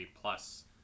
plus